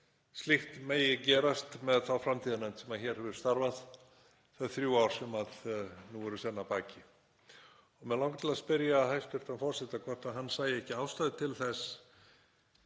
slíkt megi gerast með þá framtíðarnefnd sem hér hefur starfað þau þrjú ár sem nú eru senn að baki. Mig langar til að spyrja hæstv. forseta hvort hann sæi ekki ástæðu til þess